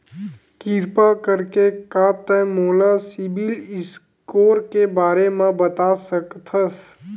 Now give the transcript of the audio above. किरपा करके का तै मोला सीबिल स्कोर के बारे माँ बता सकथस?